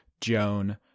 Joan